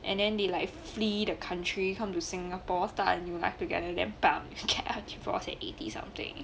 and then they like fleet the country come to singapore start a new life together than about forty eighty something